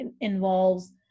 involves